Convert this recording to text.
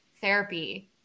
therapy